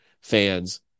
fans